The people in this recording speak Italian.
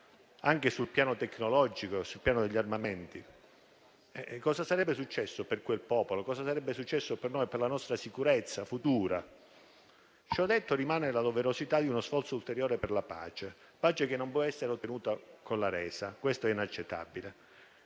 anche sul piano tecnologico e sul piano degli armamenti? Cosa sarebbe successo per quel popolo? Cosa sarebbe successo per noi e per la nostra sicurezza futura? Ciò detto, rimane la doverosità di uno sforzo ulteriore per la pace, che non può essere ottenuta con la resa; questo è inaccettabile.